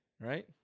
Right